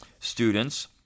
Students